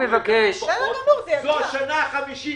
זו השנה החמישית.